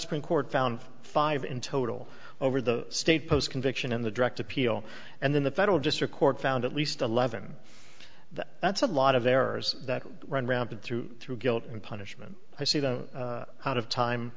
supreme court found five in total over the state post conviction in the direct appeal and then the federal district court found at least eleven that that's a lot of errors that run rampant through through guilt and punishment i see the heart of time